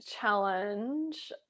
challenge